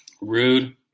Rude